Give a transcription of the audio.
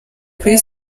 kuri